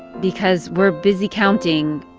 because we're busy counting,